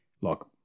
look